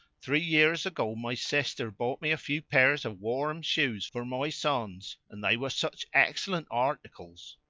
three years ago my sister brought me a few pairs of warm shoes for my sons, and they were such excellent articles!